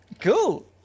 Cool